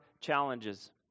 challenges